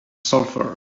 sulfur